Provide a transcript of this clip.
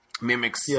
mimics